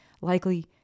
likely